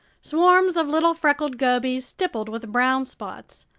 swarms of little freckled gobies stippled with brown spots,